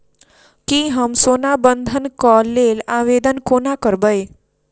की हम सोना बंधन कऽ लेल आवेदन कोना करबै?